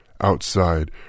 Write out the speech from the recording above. Outside